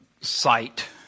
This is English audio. Sight